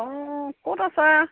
অঁ ক'ত আছা